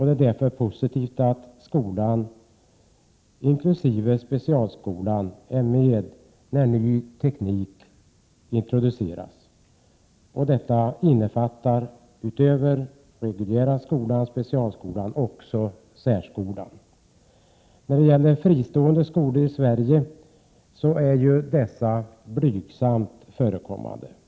Det är därför positivt att hela skolan, inkl. specialskolan och också särskolan, är med när ny teknik introduceras. Fristående skolor i Sverige är blygsamt förekommande.